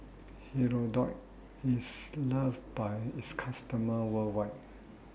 Hirudoid IS loved By its customers worldwide